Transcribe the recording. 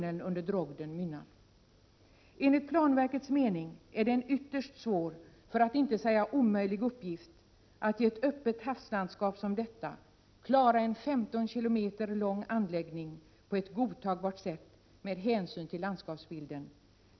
Enligt planverkets mening är det en ytterst svår — för att inte säga omöjlig — uppgift att i ett öppet havslandskap som detta klara en 15 km lång anläggning på ett godtagbart sätt med hänsyn till landskapsbilden.